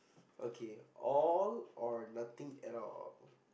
okay all or nothing at all